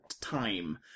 time